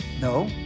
No